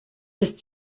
ist